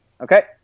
Okay